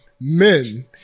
men